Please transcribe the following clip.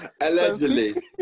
Allegedly